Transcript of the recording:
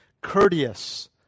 courteous